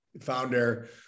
founder